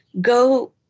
go